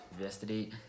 yesterday